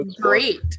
great